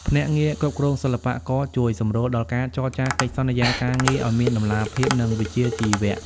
ភ្នាក់ងារគ្រប់គ្រងសិល្បករ ជួយសម្រួលដល់ការចរចាកិច្ចសន្យាការងារឱ្យមានតម្លាភាព និងវិជ្ជាជីវៈ។